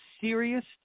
serious